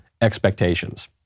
expectations